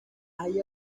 hay